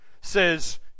says